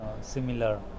Similar